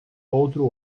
outro